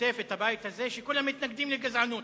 ששוטף את הבית הזה, שכולם מתנגדים לגזענות.